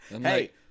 hey